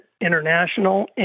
international